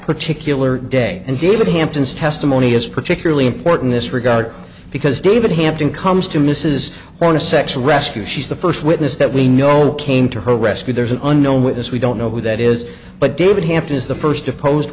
particular day and david hampton's testimony is particularly important this regard because david hampton comes to mrs well in a sexual rescue she's the first witness that we know came to her rescue there's an unknown witness we don't know who that is but david hampton is the first deposed